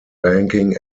banking